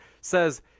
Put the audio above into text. says